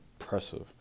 impressive